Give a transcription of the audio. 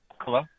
hello